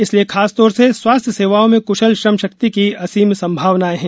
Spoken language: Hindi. इसलिए खासतौर से स्वास्थ्य सेवाओं में क्शल श्रमशक्ति की असीम संभावनाएं हैं